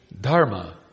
Dharma